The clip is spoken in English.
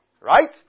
Right